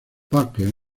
parker